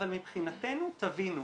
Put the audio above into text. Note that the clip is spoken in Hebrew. אבל מבחינתנו תבינו,